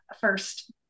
first